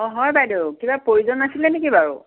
অঁ হয় বাইদেউ কিবা প্ৰয়োজন আছিলে নেকি বাৰু